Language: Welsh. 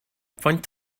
faint